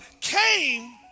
came